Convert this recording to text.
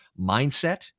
Mindset